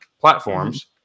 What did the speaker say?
platforms